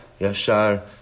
Yashar